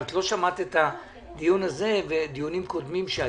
אבל את לא שמעת את הדיון ודיונים קודמים שהיו.